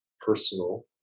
personal